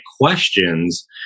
questions